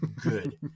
good